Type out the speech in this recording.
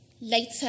Later